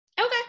Okay